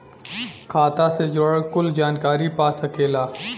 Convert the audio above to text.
खाता से जुड़ल कुल जानकारी पा सकेला